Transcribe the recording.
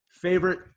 Favorite